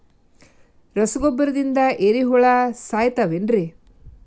ರಸಗೊಬ್ಬರದಿಂದ ಏರಿಹುಳ ಸಾಯತಾವ್ ಏನ್ರಿ?